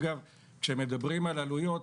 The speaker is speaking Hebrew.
כשמדברים על עלויות,